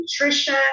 nutrition